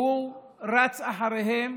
והוא רץ אחריהם